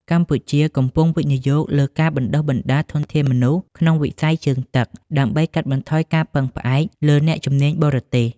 កម្ពុជាកំពុងវិនិយោគលើការបណ្តុះបណ្តាលធនធានមនុស្សក្នុងវិស័យជើងទឹក ដើម្បីកាត់បន្ថយការពឹងផ្អែកលើអ្នកជំនាញបរទេស។